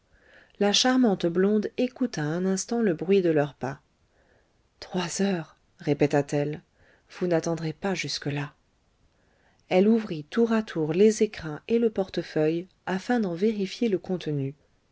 la charmante blonde écouta un instant le bruit de leurs pas trois heures répéta-t-elle vous n'attendrez pas jusque-là elle ouvrit tour à tour les écrins et le portefeuille afin d'en vérifier le contenu